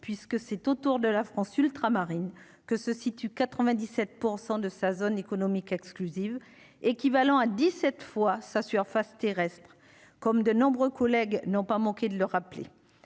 puisque c'est au tour de la France ultramarine que se situe 97 % de sa zone économique exclusive, équivalent à 17 fois sa surface terrestre comme de nombreux collègues n'ont pas manqué de le rappeler,